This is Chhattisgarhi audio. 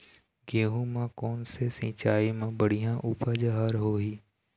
गेहूं म कोन से सिचाई म बड़िया उपज हर होही?